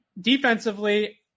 Defensively